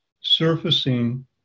surfacing